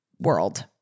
world